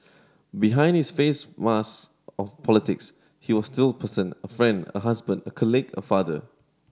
behind his face mask of politics he was still a person a friend a husband a colleague a father